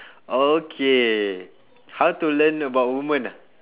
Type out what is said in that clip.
oh okay how to learn about woman ah